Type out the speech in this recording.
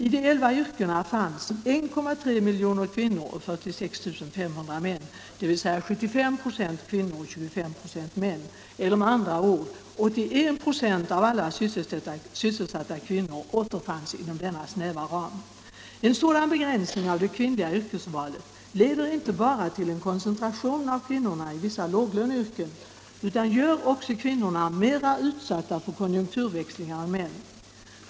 I de elva yrkena fanns 1,3 miljoner kvinnor och 46 500 män, dvs. 75 96 kvinnor och 25 96 män. Det betyder med andra ord att 81 96 av alla sysselsatta kvinnor återfanns inom denna snäva ram. En sådan begränsning av det kvinnliga yrkesvalet leder inte bara till en koncentration av kvinnorna i vissa låglöneyrken utan gör också kvinnorna mera utsatta för konjunkturväxlingar än män.